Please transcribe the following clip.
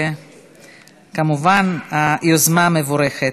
כמובן, היוזמה מבורכת.